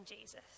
Jesus